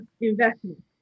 investment